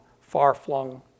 far-flung